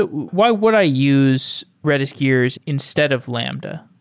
why would i use redis gears instead of lambda?